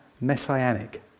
messianic